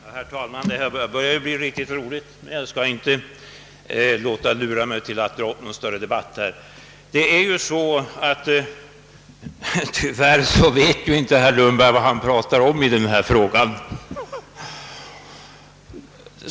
Herr talman! Det här börjar bli riktigt roligt, men jag skall inte låta lura mig att dra upp någon större debatt. Tyvärr vet inte herr Lundberg vad han talar om i den här frågan.